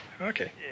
Okay